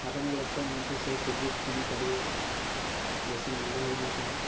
ସାଧାରଣ ଲୋକ ମଧ୍ୟ ସେ ଟିକେଟ୍ କିଣିପାରିବେ ବେଶୀ ମୂଲ୍ୟ ହୋଇନଥାଏ